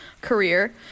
career